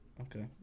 Okay